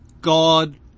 God